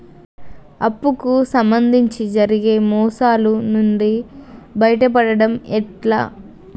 అప్పు కు సంబంధించి జరిగే మోసాలు నుండి బయటపడడం ఎట్లా?